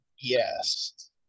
yes